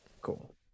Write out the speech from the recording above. Cool